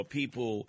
people –